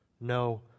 No